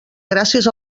gràcies